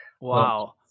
Wow